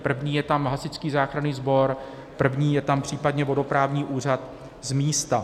První je tam Hasičský záchranný sbor, první je tam případně vodoprávní úřad z místa.